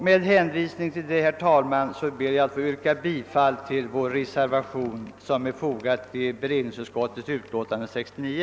Med hänvisning till det anförda, herr talman, ber jag att få yrka bifall till den reservation som är fogad till beredningsutskottets utlåtande nr 69.